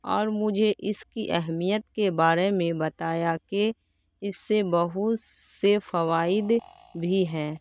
اور مجھے اس کی اہمیت کے بارے میں بتایا کہ اس سے بہت سے فوائد بھی ہیں